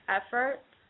efforts